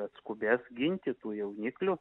atskubės ginti tų jauniklių